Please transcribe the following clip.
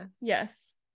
Yes